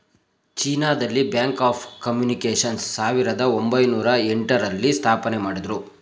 China ದಲ್ಲಿ Bank of Communications ಸಾವಿರದ ಒಂಬೈನೊರ ಎಂಟ ರಲ್ಲಿ ಸ್ಥಾಪನೆಮಾಡುದ್ರು